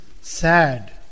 sad